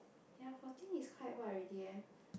ya fourteen is quite what already eh